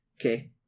okay